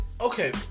Okay